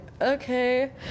okay